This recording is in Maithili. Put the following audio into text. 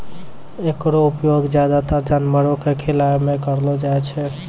एकरो उपयोग ज्यादातर जानवरो क खिलाय म करलो जाय छै